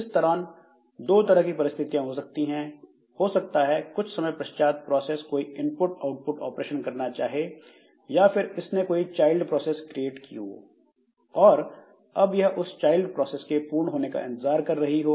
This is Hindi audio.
इस दौरान दो तरह की परिस्थितियां हो सकती हैं हो सकता है कुछ समय पश्चात प्रोसेस कोई इनपुट आउटपुट ऑपरेशन करना चाहे या फिर इसने कोई चाइल्ड प्रोसेस क्रिएट की हो और अब यह उस चाइल्ड प्रोसेस के पूर्ण होने का इंतजार कर रही हो